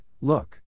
Look